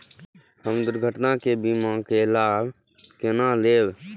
हम दुर्घटना के बीमा के लाभ केना लैब?